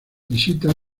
visita